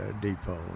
Depot